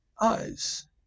eyes